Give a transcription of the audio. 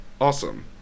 awesome